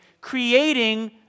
creating